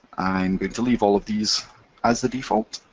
i'm going to leave all of these as the default.